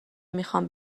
میخوام